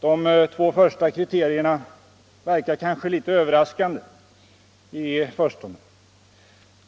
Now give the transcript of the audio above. De två första kriterierna verkar kanske litet överraskande i förstone.